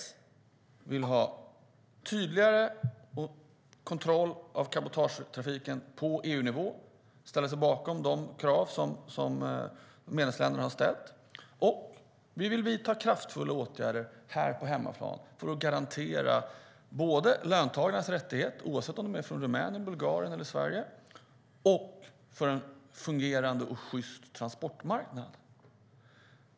S vill ha tydligare kontroll av cabotagetrafiken på EU-nivå och ställer sig bakom de krav som medlemsländerna har ställt. Vi vill också vidta kraftfulla åtgärder här på hemmaplan för att garantera både löntagarnas rättigheter, oavsett om de är från Rumänien, Bulgarien eller Sverige, och en fungerande och sjyst transportmarknad.